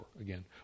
again